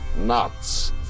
Nuts